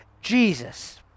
Jesus